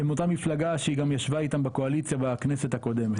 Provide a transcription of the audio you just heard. הם אותה מפלגה שהיא גם ישבה איתם בקואליציה בכנסת הקודמת.